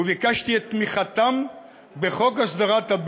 וביקשתי את תמיכתם בחוק הסדרת התיישבות